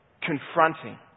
confronting